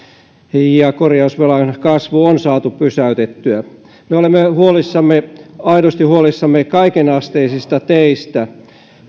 ja korjausvelan kasvu on saatu pysäytettyä me olemme huolissamme aidosti huolissamme kaikenasteisista teistä